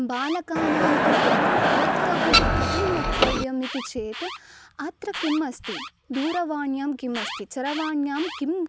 बालकानां कृते वक्तव्यं कथं वक्तव्यम् इति चेत् अत्र किम् अस्ति दूरवाण्यां किम् अस्ति चरवाण्यां किम्